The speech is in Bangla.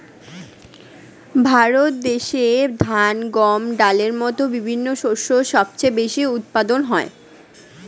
ভারত দেশে ধান, গম, ডালের মতো বিভিন্ন শস্য সবচেয়ে বেশি উৎপাদন হয়